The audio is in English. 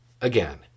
Again